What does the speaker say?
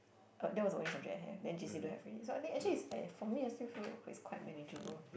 uh that was the only subject I have then J_C don't have already so I think actually is I for me I still feel is quite manageable